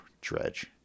dredge